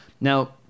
Now